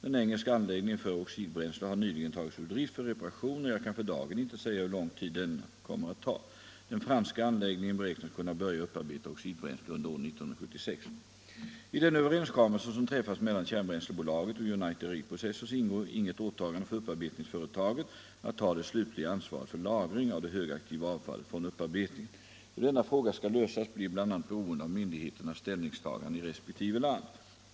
Den engelska anläggningen för oxidbränsle har nyligen tagits ur drift för reparation, och jag kan för dagen inte säga hur lång tid denna kommer att ta. Den franska anläggningen beräknas kunna börja upparbeta oxidbränsle under år 1976. I den överenskommelse som träffats mellan Kärnbränslebolaget och United Reprocessors ingår inget åtagande för upparbetningsföretaget att ta det slutliga ansvaret för lagring av det högaktiva avfallet från upparbetningen. Hur denna fråga skall lösas blir bl.a. beroende av myndigheternas ställningstagande i resp. land.